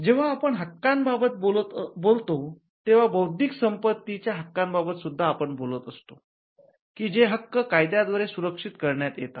जेव्हा आपण हक्कांबाबत बोलतो तेव्हा बौद्धिक संपत्तीच्या हक्कांबाबत सुद्धा आपण बोलत असतो की जे हक्क कायद्याद्वारे सुरक्षित करण्यात येतात